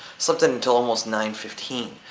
slept in until almost nine fifteen,